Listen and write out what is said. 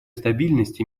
стабильность